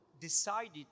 decided